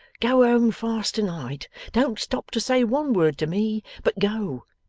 go home fast to-night. don't stop to say one word to me, but go.